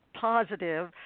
Positive